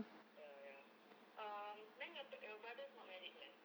ya ya um then your your brothers not married yet